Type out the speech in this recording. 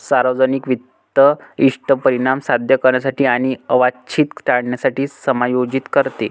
सार्वजनिक वित्त इष्ट परिणाम साध्य करण्यासाठी आणि अवांछित टाळण्यासाठी समायोजित करते